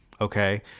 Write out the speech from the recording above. okay